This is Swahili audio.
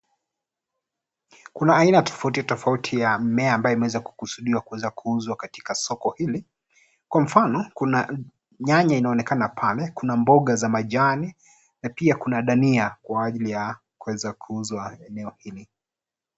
Kuna aina tofauti tofauti ya mimea ambayo imeweza kukusudiwa kuuzwa katika soko hili. Kwa mfano kuna nyanya inaonekana pale, kuna mboga za majani na pia kuna dania kwa ajili ya kuweza kuuzwa eneo hili.